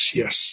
yes